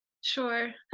Sure